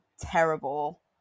terrible